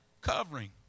Covering